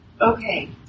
Okay